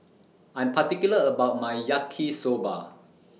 I'm particular about My Yaki Soba